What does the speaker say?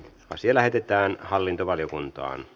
asia lähetettiin hallintovaliokuntaan